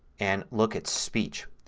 and look at speech.